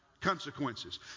Consequences